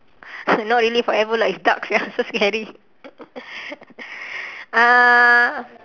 not really forever lah it's dark sia so scary uh